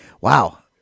wow